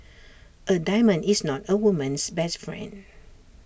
A diamond is not A woman's best friend